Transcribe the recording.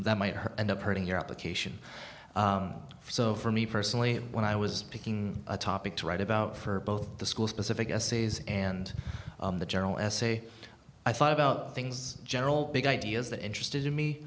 that might hurt end up hurting your application so for me personally when i was picking a topic to write about for both the school specific essays and the general essay i thought about things general big ideas that interested